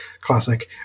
classic